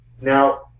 Now